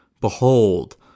Behold